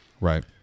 Right